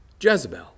Jezebel